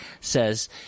says